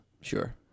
Sure